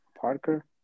Parker